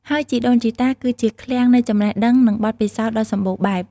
ហើយជីដូនជីតាគឺជាឃ្លាំងនៃចំណេះដឹង និងបទពិសោធន៍ដ៏សម្បូរបែប។